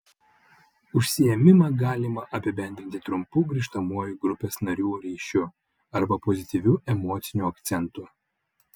užsiėmimą galima apibendrinti trumpu grįžtamuoju grupės narių ryšiu arba pozityviu emociniu akcentu